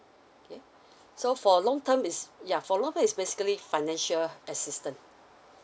okay so for long term is ya for long term is basically financial assistance